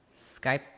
Skype